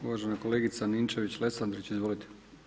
Uvažena kolegica Ninčević-Lesandrić, izvolite.